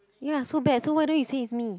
ya so bad so why don't you said it's me